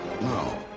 No